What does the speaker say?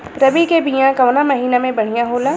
रबी के बिया कवना महीना मे बढ़ियां होला?